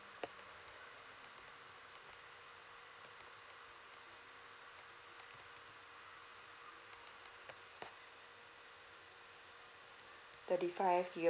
thirty five